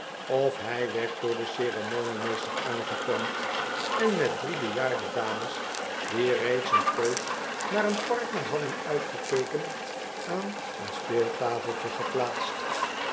of hij werd door den ceremoniemeester aangeklampt en met drie bejaarde dames die reeds een poos naar een partner hadden uitgekeken aan een speeltafeltje geplaatst